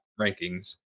rankings